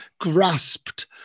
grasped